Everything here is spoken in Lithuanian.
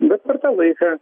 bet per tą laiką